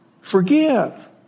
Forgive